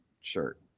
shirt